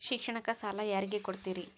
ಶಿಕ್ಷಣಕ್ಕ ಸಾಲ ಯಾರಿಗೆ ಕೊಡ್ತೇರಿ?